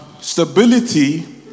stability